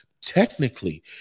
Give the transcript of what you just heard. technically